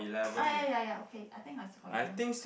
ah ya ya ya okay I think I still got eleven